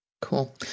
Cool